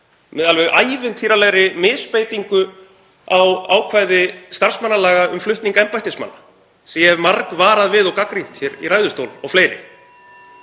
með alveg ævintýralegri misbeitingu á ákvæði starfsmannalaga um flutning embættismanna sem ég hef margvarað við og gagnrýnt hér í ræðustól og fleiri.